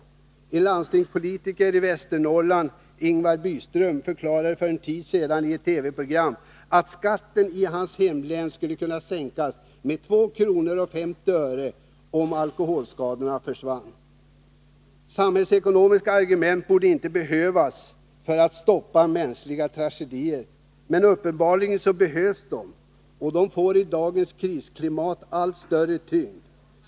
Ingvar Byström, landstingspolitiker i Västernorrland, förklarade för en tid sedan i ett TV-program att skatten i hans hemlän skulle kunna sänkas med två kronor och femtio öre om alkoholskadorna försvann! Samhällsekonomiska argument borde inte behövas för att stoppa mänskliga tragedier. Men uppenbarligen behövs de — och de får i dagens krisklimat allt större tyngd.